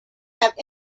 have